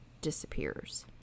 disappears